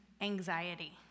Anxiety